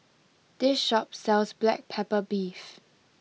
this shop sells Black Pepper Beef